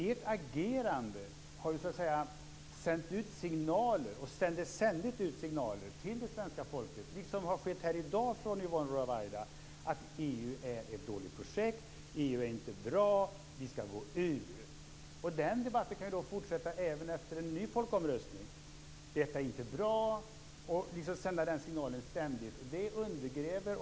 Ert agerande har ju så att säga sänt ut signaler, och sänder ständigt ut signaler, till det svenska folket, liksom har skett här i dag från Yvonne Ruwaida, att EU är ett dåligt projekt, att EU inte är bra och att vi skall gå ur. Och den debatten kan ju då fortsätta även efter en ny folkomröstning och ständigt sända signaler om att EU inte är bra.